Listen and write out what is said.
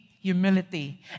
humility